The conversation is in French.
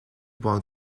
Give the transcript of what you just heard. boire